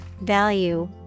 value